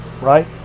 right